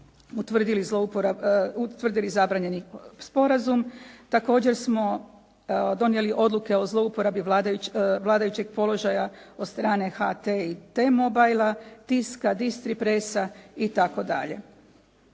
utvrdili zabranjeni sporazum. Također smo donijeli odluke o zlouporabi vladajućeg položaja od strane HT i T-Mobilea, Tiska, Distri pressa itd.